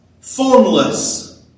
Formless